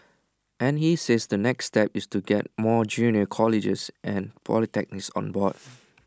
and he says the next step is to get more junior colleges and polytechnics on board